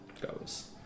goes